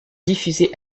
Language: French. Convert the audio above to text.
diffusé